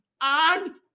on